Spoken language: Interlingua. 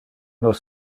nos